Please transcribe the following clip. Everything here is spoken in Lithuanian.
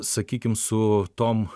sakykim su tom